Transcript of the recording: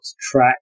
track